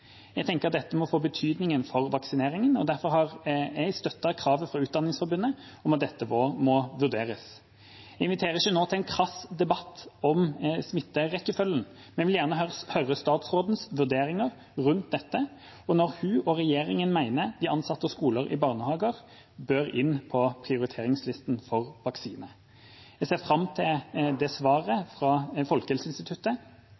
Jeg tenker at dette må få betydning for vaksineringen. Derfor har jeg støttet kravet fra Utdanningsforbundet om at det må vurderes. Jeg inviterer ikke nå til en krass debatt om vaksinerekkefølgen, men vil gjerne høre statsrådens vurderinger rundt dette – om når hun og regjeringa mener ansatte i skoler og barnehager bør inn på prioriteringslista for vaksine. Jeg ser også fram til